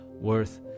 worth